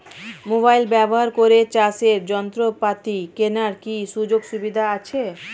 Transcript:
Mobile ব্যবহার করে চাষের যন্ত্রপাতি কেনার কি সুযোগ সুবিধা আছে?